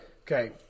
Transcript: Okay